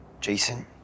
Jason